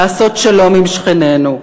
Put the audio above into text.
לעשות שלום עם שכנינו.